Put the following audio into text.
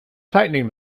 tightening